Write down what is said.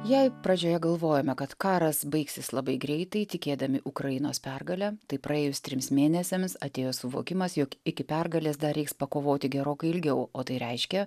jei pradžioje galvojome kad karas baigsis labai greitai tikėdami ukrainos pergale tai praėjus trims mėnesiams atėjo suvokimas jog iki pergalės dar reiks pakovoti gerokai ilgiau o tai reiškia